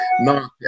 No